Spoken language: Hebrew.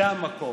זה המקום.